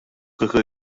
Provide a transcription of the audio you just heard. kieku